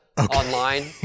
online